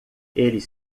eles